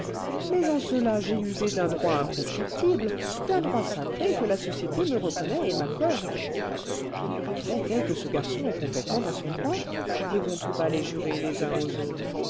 mais en cela j'ai usé d'un droit imprescriptible d'un droit sacré que la société me reconnaît et m'accorde le fait est que ce garçon est complètement dans son droit se diront tout bas les jurés les uns aux autres